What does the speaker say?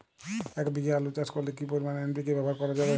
এক বিঘে আলু চাষ করলে কি পরিমাণ এন.পি.কে ব্যবহার করা যাবে?